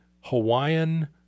Hawaiian